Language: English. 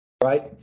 right